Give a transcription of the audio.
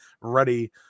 ready